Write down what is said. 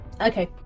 okay